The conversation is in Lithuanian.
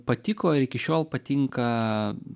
patiko ir iki šiol patinka